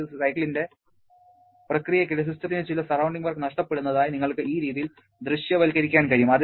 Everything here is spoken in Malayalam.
ഒരു സൈക്കിളിന്റെ പ്രക്രിയയ്ക്കിടെ സിസ്റ്റത്തിന് ചില സറൌണ്ടിങ് വർക്ക് നഷ്ടപ്പെടുന്നതായി നിങ്ങൾക്ക് ഈ രീതിയിൽ ദൃശ്യവൽക്കരിക്കാൻ കഴിയും